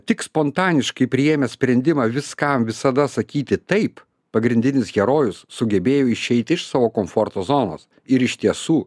tik spontaniškai priėmęs sprendimą viskam visada sakyti taip pagrindinis herojus sugebėjo išeiti iš savo komforto zonos ir iš tiesų